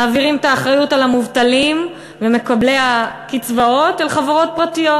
מעבירים את האחריות למובטלים ולמקבלי הקצבאות אל חברות פרטיות,